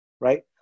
right